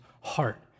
heart